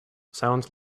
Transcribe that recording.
sounds